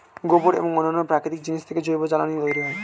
গোবর এবং অন্যান্য প্রাকৃতিক জিনিস থেকে জৈব জ্বালানি তৈরি হয়